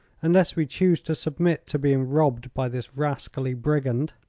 unless we choose to submit to being robbed by this rascally brigand.